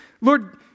Lord